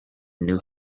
knew